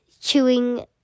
chewing